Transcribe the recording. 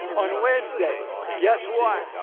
on wednesday, guess what,